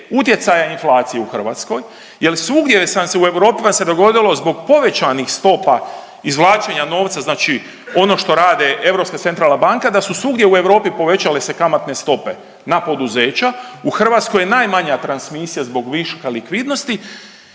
utjecaja inflacije u Hrvatskoj. Jel svugdje vam se u Europi dogodilo zbog povećanih stopa izvlačenja novca znači ono što radi Europska centralna banka da su svugdje u Europi povećale se kamatne stope na poduzeća u Hrvatskoj je najmanja transmisija zbog viška likvidnosti,